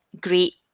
great